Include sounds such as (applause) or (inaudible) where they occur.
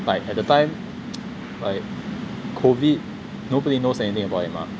but at the time (noise) like COVID nobody knows anything about it mah